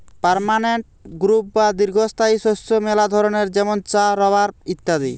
permanent crop বা দীর্ঘস্থায়ী শস্য মেলা ধরণের যেমন চা, রাবার ইত্যাদি